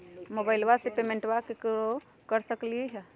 मोबाइलबा से पेमेंटबा केकरो कर सकलिए है?